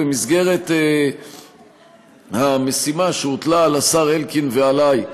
במסגרת המשימה שהוטלה על השר אלקין ועלי,